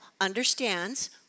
understands